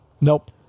Nope